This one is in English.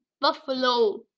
Buffalo